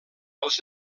els